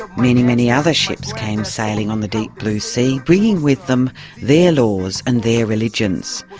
many many other ships came sailing on the deep blue sea bringing with them their laws and their religions.